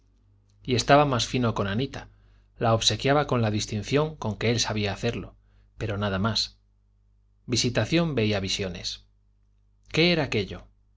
y estaba más fino con anita la obsequiaba con la distinción con que él sabía hacerlo pero nada más visitación veía visiones qué era aquello